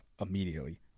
immediately